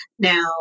now